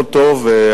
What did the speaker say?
מאוד טוב,